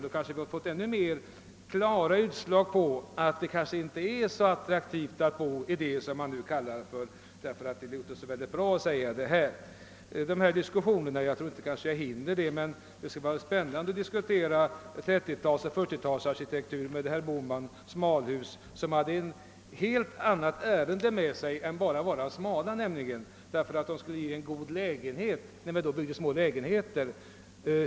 Annars kanske vi hade fått ännu mera klara utslag på att det kanhända inte är så attraktivt att bo i områden som man nu beskriver vara så bra. Det skulle vara spännande att diskutera 1930 och 1940-talens arkitektur med herr Bohman, bl.a. smalhusen. Meningen med att dessa hus skulle vara smala var ju att man skulle bygga goda lägenheter.